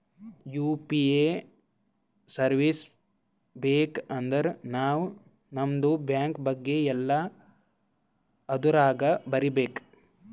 you P I service ಬೇಕ್ ಅಂದರ್ ನಾವ್ ನಮ್ದು ಬ್ಯಾಂಕ ಬಗ್ಗೆ ಎಲ್ಲಾ ಅದುರಾಗ್ ಬರೀಬೇಕ್